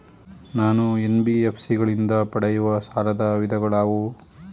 ನಾನು ಎನ್.ಬಿ.ಎಫ್.ಸಿ ಗಳಿಂದ ಪಡೆಯುವ ಸಾಲದ ವಿಧಗಳಾವುವು?